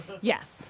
Yes